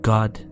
God